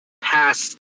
past